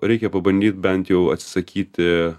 reikia pabandyt bent jų atsisakyti